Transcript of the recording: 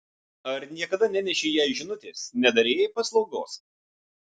ar niekada nenešei jai žinutės nedarei jai paslaugos